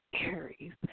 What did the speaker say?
Aries